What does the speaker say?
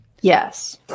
Yes